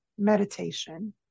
meditation